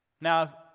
Now